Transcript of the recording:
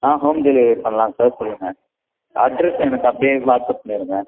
ஆ home delivery பண்ணலாம் sir சொல்லுங்க address எனக்கு அப்டேயே வாட்ஸ்அப் பண்ணியிருங்க